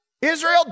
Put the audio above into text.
Israel